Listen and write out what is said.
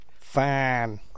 Fine